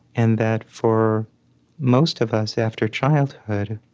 and that for most of us after childhood,